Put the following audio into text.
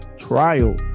trial